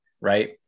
right